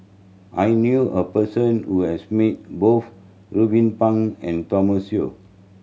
I knew a person who has meet both Ruben Pang and Thomas Yeo